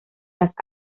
las